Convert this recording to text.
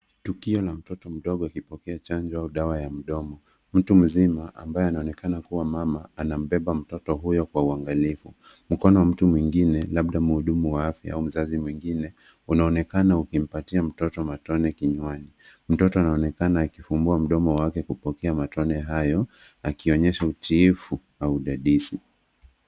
Tukio la mtoto mdogo akipokea chanjo au dawa ya mdomo. Mtu mzima, ambaye anaonekana kuwa mama, anambeba mtoto huyo kwa uangalifu. Mkono wa mtu mwingine, labda mhudumu wa afya, au mzazi mwingine unaonekana ukimpatia mtoto matone kinywani. Mtoto anaonekana akifumbua mdomo wake kupokea matone hayo, akionyesha utiifu au udadisi.